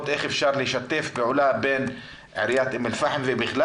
איך אפשר לשתף פעולה בין עיריית אום אל פאחם ובכלל